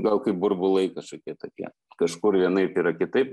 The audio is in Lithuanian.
gal kaip burbulai kažkokie tokie kažkur vienaip yra kitaip